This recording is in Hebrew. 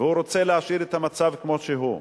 והוא רוצה להשאיר את המצב כמו שהוא.